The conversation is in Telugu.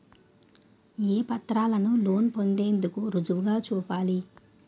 ఏ పత్రాలను లోన్ పొందేందుకు రుజువుగా చూపాలి?